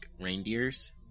reindeers